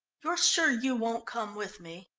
you're sure you won't come with me?